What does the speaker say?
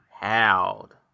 howled